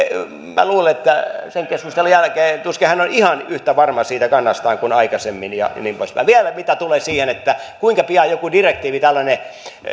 minä luulen että sen keskustelun jälkeen tuskin hän on ihan yhtä varma siitä kannastaan kuin aikaisemmin ja niin poispäin vielä mitä tulee siihen kuinka pian tulee joku direktiivi tällainen